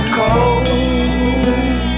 cold